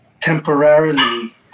temporarily